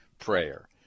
prayer